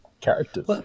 characters